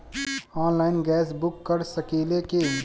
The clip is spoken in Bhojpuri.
आनलाइन गैस बुक कर सकिले की?